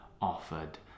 offered